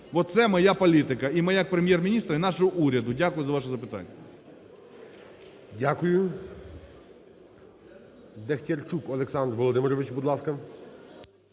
це моя політика, моя як Прем'єр-міністра і нашого уряду. Дякую за ваше запитання. ГОЛОВУЮЧИЙ. Дякую. Дехтярчук Олександр Володимирович, будь ласка.